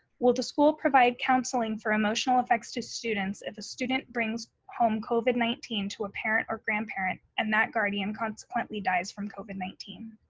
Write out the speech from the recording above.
will the school provide counseling for emotional effects to students if a student brings home covid nineteen to a parent or grandparent and that guardian consequently dies from covid nineteen?